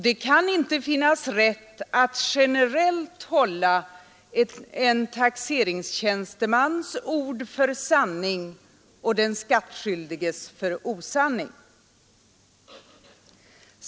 Det kan inte finnas rätt att generellt hålla en taxeringstjänstemans ord för sanning och den skattskyldiges för osanning.